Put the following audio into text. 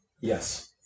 Yes